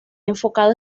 enfocado